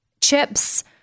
chips